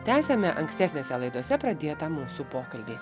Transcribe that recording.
tęsiame ankstesnėse laidose pradėtą mūsų pokalbį